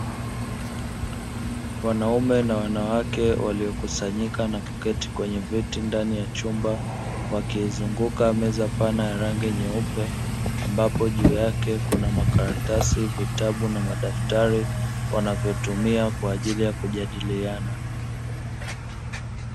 Wanaume na wanawake waliokusanyika na kuketi kwenye viti ndani ya chumba wakiizunguka meza pana ya rangi nyeupe ambapo juu yake kuna makaratasi, vitabu pamoja na madaftari wanavyotumia kwaajili ya kujadiliana.